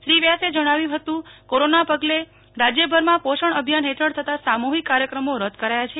શ્રી વ્યાસે જણાવ્યું હતું કોરોના પગલે રાજ્યભરમાં પોષણ અભિયાન હેઠળ થતા સાહુહિક કાર્યક્રમો રદ કરાયા છે